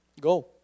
go